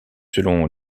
selon